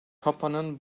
papanın